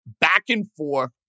back-and-forth